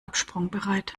absprungbereit